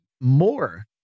more